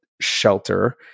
shelter